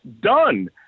Done